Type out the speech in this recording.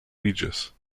regis